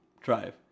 drive